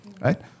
Right